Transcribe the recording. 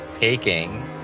taking